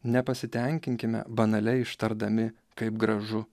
nepasitenkinkime banaliai ištardami kaip gražu